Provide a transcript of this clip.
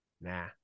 Nah